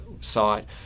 site